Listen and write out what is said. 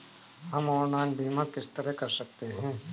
हम ऑनलाइन बीमा किस तरह कर सकते हैं?